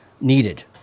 needed